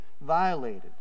violated